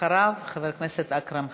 אחריו, חבר הכנסת אכרם חסון,